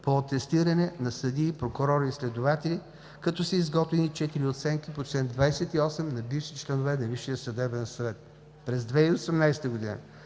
по атестиране на съдии, прокурори и следователи, като са изготвени четири оценки по чл. 28 на бивши членове на Висшия съдебен съвет. През 2018 г.